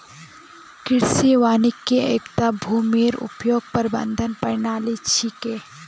कृषि वानिकी एकता भूमिर उपयोग प्रबंधन प्रणाली छिके